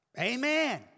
Amen